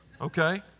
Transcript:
Okay